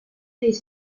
les